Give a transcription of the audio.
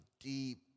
deep